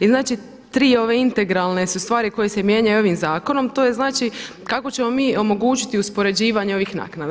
I znači tri ove integralne su stvari koje se mijenjaju ovim zakonom, to je znači kako ćemo mi omogućiti uspoređivanje ovih naknada.